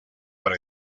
para